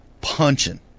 Punching